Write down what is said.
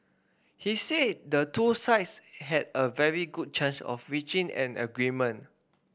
he said the two sides had a very good chance of reaching an agreement